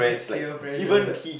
peer pressure